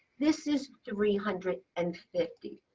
this is three hundred and fifty.